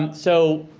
so,